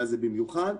במיוחד.